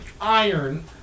iron